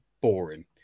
boring